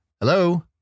Hello